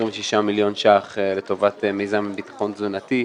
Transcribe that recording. כ-26 מיליון שקלים חדשים לטובת מיזם ביטחון תזונתי,